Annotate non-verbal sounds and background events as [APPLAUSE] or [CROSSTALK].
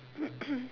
[COUGHS]